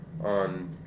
on